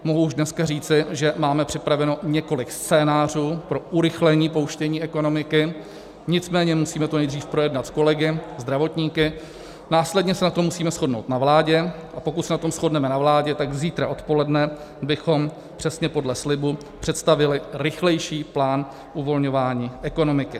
Mohu už dneska říci, že máme připraveno několik scénářů pro urychlení pouštění ekonomiky, nicméně musíme to nejdřív projednat s kolegy zdravotníky, následně se na tom musíme shodnout na vládě, a pokud se na tom shodneme na vládě, tak zítra odpoledne bychom přesně podle slibu představili rychlejší plán uvolňování ekonomiky.